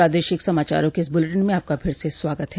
प्रादेशिक समाचारों के इस ब्रलेटिन में आपका फिर से स्वागत है